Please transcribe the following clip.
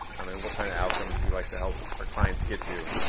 what kind of outcomes we like to help our clients get to.